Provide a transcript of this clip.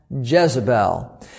Jezebel